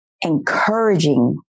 encouraging